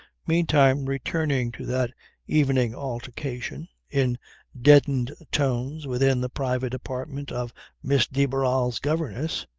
meantime returning to that evening altercation in deadened tones within the private apartment of miss de barral's governess,